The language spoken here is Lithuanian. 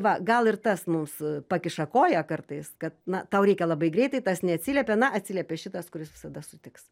va gal ir tas mums pakiša koją kartais kad na tau reikia labai greitai tas neatsiliepė na atsiliepė šitas kuris visada sutiks